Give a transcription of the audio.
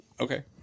Okay